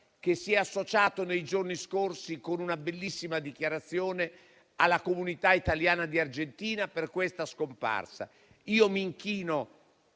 che si è associato nei giorni scorsi con una bellissima dichiarazione alla comunità italiana di Argentina per questa scomparsa. Mi inchino